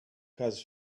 has